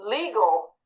legal